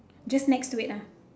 just next to it ah